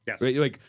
Yes